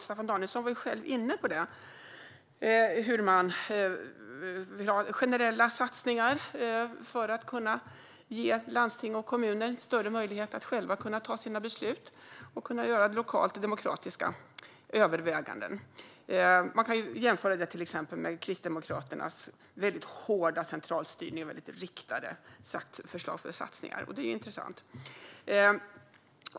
Staffan Danielsson var själv inne på generella satsningar för att kunna ge landsting och kommuner större möjlighet att själva kunna fatta sina beslut och lokalt kunna göra demokratiska överväganden. Man kan jämföra det med till exempel Kristdemokraternas väldigt hårda centralstyrning och väldigt riktade förslag till satsningar. Det är intressant.